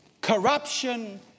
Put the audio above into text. corruption